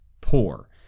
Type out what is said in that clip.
poor